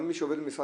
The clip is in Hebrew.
גם מי שעובד במשרד